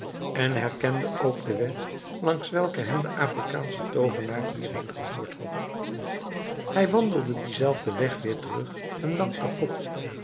en herkende ook den weg langs welken hem de afrikaansche toovenaar hierheen gevoerd had hij wandelde dienzelfden weg weer terug en dankte god